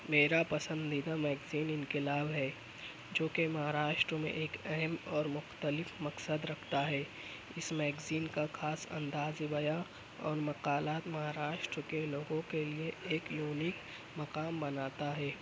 میرا پسندیدہ میگزین انقلاب ہے جو کہ مہاراشٹر میں ایک اہم اور مختلف مقصد رکھتا ہے اس میگزین کا خاص اندازِ بیاں اور مقالات مہاراشٹر کے لوگوں کے لیے ایک یونیک مقام بناتا ہے